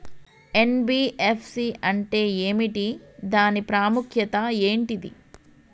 NBFC అంటే ఏమిటి దాని ప్రాముఖ్యత ఏంటిది?